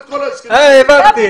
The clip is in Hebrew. לגבי